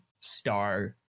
star